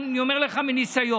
אני אומר לך מניסיון,